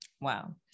Wow